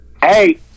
Hey